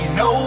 no